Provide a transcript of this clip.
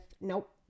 nope